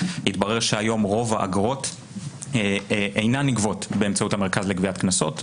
התברר שהיום רוב האגרות אינן נגבות באמצעות המרכז לגביית קנסות,